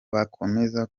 bakomeza